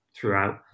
throughout